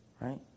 right